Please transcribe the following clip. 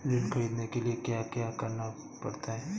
ऋण ख़रीदने के लिए क्या करना पड़ता है?